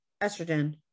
estrogen